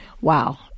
Wow